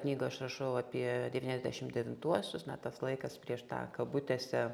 knygoj aš rašau apie devyniasdešim devintuosius na tas laikas prieš tą kabutėse